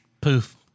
poof